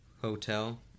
hotel